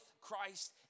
Christ